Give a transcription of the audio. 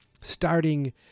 starting